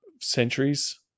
centuries